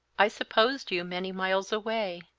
i supposed you many miles away,